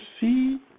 see